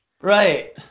Right